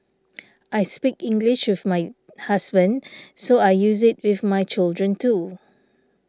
I speak English with my husband so I use it with my children too